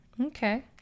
okay